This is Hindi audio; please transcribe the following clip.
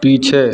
पीछे